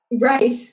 Right